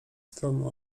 stron